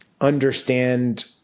understand